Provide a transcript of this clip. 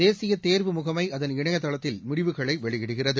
தேசிய தேர்வு முகமை அதன் இணையதளத்தில் முடிவுகளை வெளியிடுகிறது